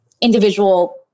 individual